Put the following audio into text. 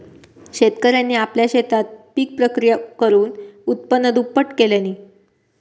शेतकऱ्यांनी आपल्या शेतात पिक प्रक्रिया करुन उत्पन्न दुप्पट केल्यांनी